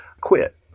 quit